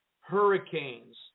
hurricanes